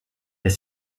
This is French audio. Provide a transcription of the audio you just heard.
est